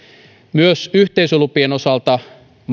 myös yhteisölupien osalta